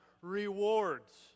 rewards